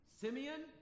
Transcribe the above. Simeon